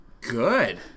Good